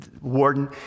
warden